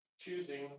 choosing